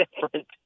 different